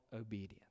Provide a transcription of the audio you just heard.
obedience